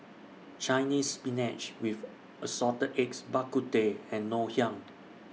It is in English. Chinese Spinach with Assorted Eggs Bak Kut Teh and Ngoh Hiang